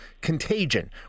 contagion